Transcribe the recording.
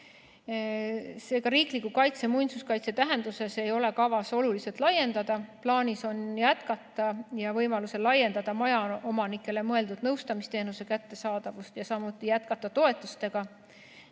Seega, riiklikku kaitset muinsuskaitse tähenduses ei ole kavas oluliselt laiendada. Plaanis on jätkata ja võimaluse korral laiendada majaomanikele mõeldud nõustamisteenuse kättesaadavust, samuti jätkata toetuste